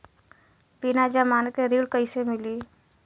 बिना जमानत के ऋण कईसे मिली?